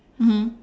mmhmm